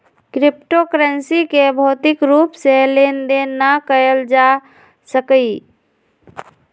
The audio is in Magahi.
क्रिप्टो करन्सी के भौतिक रूप से लेन देन न कएल जा सकइय